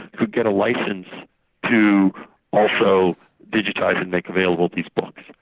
could get a licence to also digitise and make available these books.